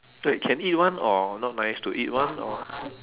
wait can eat [one] or not nice to eat [one] or